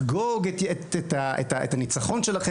כך שאנחנו מחזיקים את עזה כדי לעשות איזשהם ניסויים באנשים שם.